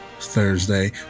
Thursday